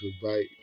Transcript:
goodbye